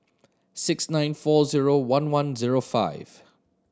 six nine four zero one one zero five